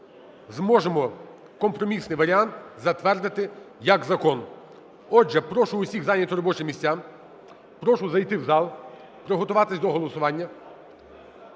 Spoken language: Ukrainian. зможемо компромісний варіант затвердити як закон. Отже, прошу усіх зайняти робочі місця. Прошу зайти в зал, приготуватись до голосування.